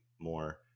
more